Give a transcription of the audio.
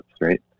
right